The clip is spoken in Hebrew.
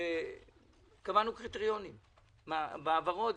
קבענו קריטריונים בהעברות,